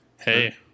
hey